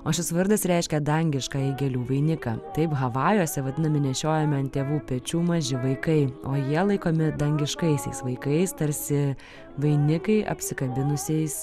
o šis vardas reiškia dangiškąjį gėlių vainiką taip havajuose vadinami nešiojami ant tėvų pečių maži vaikai o jie laikomi dangiškaisiais vaikais tarsi vainikai apsikabinusiais